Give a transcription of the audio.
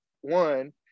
one